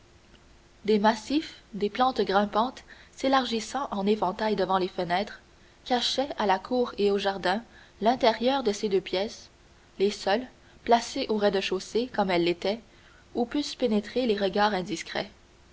des massifs des plantes grimpantes s'élargissant en éventail devant les fenêtres cachaient à la cour et au jardin l'intérieur de ces deux pièces les seules placées au rez-de-chaussée comme elles l'étaient où pussent pénétrer les regards indiscrets